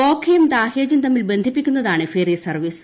ഗോഖയും ദാഹേജും തമ്മിൽ ബന്ധിപ്പിക്കുന്നതാണ് ഫെറി സർവ്വീസ്